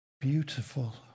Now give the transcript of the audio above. beautiful